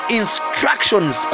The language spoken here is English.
instructions